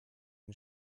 den